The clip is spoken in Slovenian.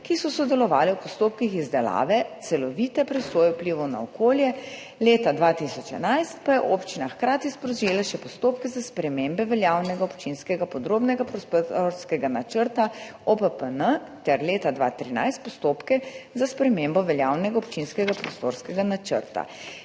ki so sodelovale v postopkih izdelave celovite presoje vplivov na okolje, leta 2011 pa je občina hkrati sprožila še postopke za spremembe veljavnega občinskega podrobnega prostorskega načrta OPPN ter leta 2013 postopke za spremembo veljavnega občinskega prostorskega načrta.